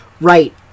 right